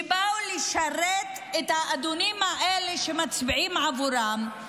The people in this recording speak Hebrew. שבאו לשרת את האדונים האלה שמצביעים עבורם,